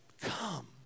come